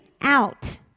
out